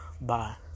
Bye